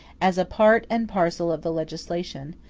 as a part and parcel of the legislation,